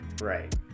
Right